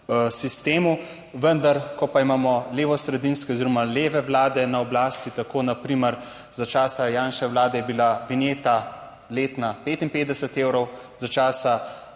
sistemu. Vendar, ko pa imamo levosredinske oziroma leve vlade na oblasti, tako na primer za časa Janševe Vlade je bila vinjeta letna 55 evrov, za časa